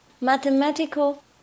mathematical